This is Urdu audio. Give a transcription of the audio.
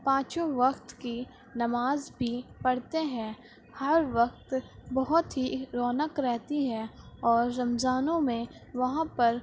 پانچوں وقت کی نماز بھی پڑھتے ہیں ہر وقت بہت ہی رونق رہتی ہے اور رمضانوں میں وہاں پر